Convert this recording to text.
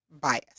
bias